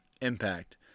Impact